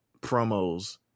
promos